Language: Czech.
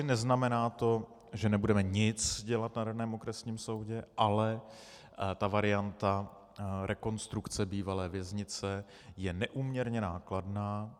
To neznamená, že nebudeme nic dělat na tom okresním soudu, ale ta varianta rekonstrukce bývalé věznice je neúměrně nákladná.